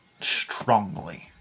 Strongly